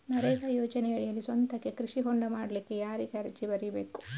ನರೇಗಾ ಯೋಜನೆಯಡಿಯಲ್ಲಿ ಸ್ವಂತಕ್ಕೆ ಕೃಷಿ ಹೊಂಡ ಮಾಡ್ಲಿಕ್ಕೆ ಯಾರಿಗೆ ಅರ್ಜಿ ಬರಿಬೇಕು?